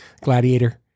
Gladiator